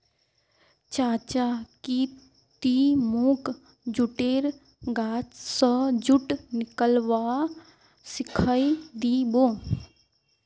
चाचा की ती मोक जुटेर गाछ स जुट निकलव्वा सिखइ दी बो